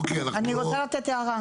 אדוני, אני רוצה לתת הערה.